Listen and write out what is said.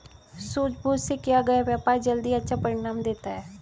सूझबूझ से किया गया व्यापार जल्द ही अच्छा परिणाम देता है